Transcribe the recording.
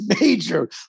major